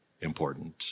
important